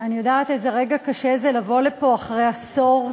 אני יודעת איזה רגע קשה זה לבוא לפה אחרי עשור,